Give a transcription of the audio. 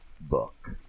book